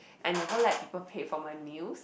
I never let people pay for my meals